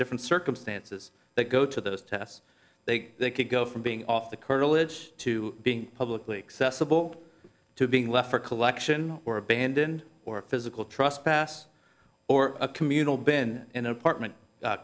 different circumstances that go to those tests they could go from being off the curtilage to being publicly accessible to being left for collection or abandoned or physical trust pass or a communal been in an apartment